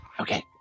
Okay